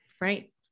Right